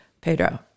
Pedro